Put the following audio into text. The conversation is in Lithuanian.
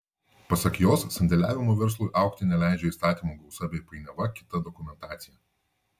pasak jos sandėliavimo verslui augti neleidžia įstatymų gausa bei painiava kita dokumentacija